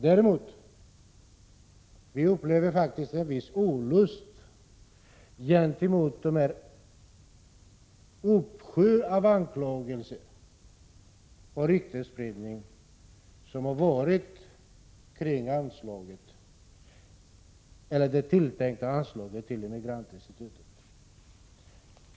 Däremot upplever vi faktiskt en viss olust när det gäller den uppsjö av anklagelser och den ryktesspridning som varit kring det tilltänkta anslaget till Immigrantinstitutet.